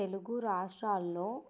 తెలుగు రాష్ట్రాల్లో